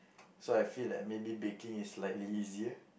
so I feel that maybe baking is slightly easier